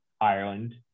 Ireland